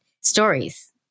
stories